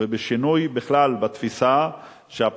ובשינוי בתפיסה בכלל,